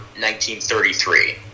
1933